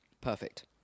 Perfect